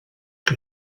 que